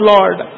Lord